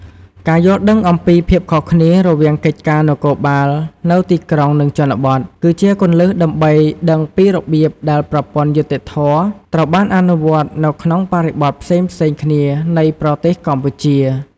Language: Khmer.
ការយល់ដឹងអំពីភាពខុសគ្នារវាងកិច្ចការនគរបាលនៅទីក្រុង និងជនបទ គឺជាគន្លឹះដើម្បីដឹងពីរបៀបដែលប្រព័ន្ធយុត្តិធម៌ត្រូវបានអនុវត្តនៅក្នុងបរិបទផ្សេងៗគ្នានៃប្រទេសកម្ពុជា។